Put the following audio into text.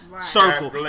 circle